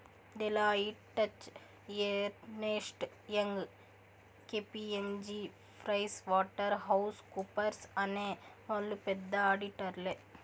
Deloitte, Touche Ernst, Young KPMG Pricewaterhouse కూపర్స్అనే వాళ్ళు పెద్ద ఆడిటర్లే